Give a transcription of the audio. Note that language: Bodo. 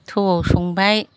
थौआव संबाय